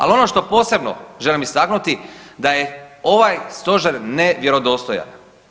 Ali ono što posebno želim istaknuti da je ovaj stožer nevjerodostojan.